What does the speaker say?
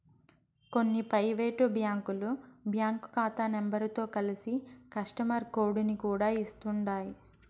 కొన్ని పైవేటు బ్యాంకులు బ్యాంకు కాతా నెంబరుతో కలిసి కస్టమరు కోడుని కూడా ఇస్తుండాయ్